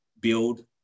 build